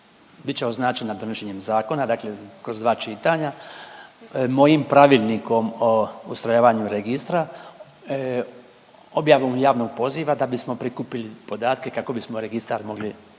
će označena donošenjem zakona, dakle kroz dva čitanja. Mojim Pravilnikom o ustrojavanju registra, objavom javnog poziva da bismo prikupili podatke kako bismo registar mogli